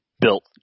built